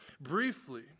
briefly